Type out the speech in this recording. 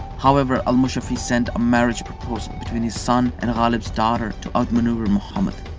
however, al-mushafi sent a marriage proposal between his son and ghalib's daughter to outmaneuver muhammad.